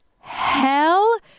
Hell